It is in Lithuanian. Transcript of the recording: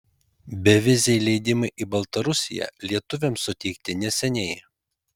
beviziai leidimai į baltarusiją lietuviams suteikti neseniai